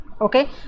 Okay